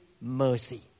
mercy